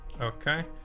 Okay